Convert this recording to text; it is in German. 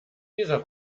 dieser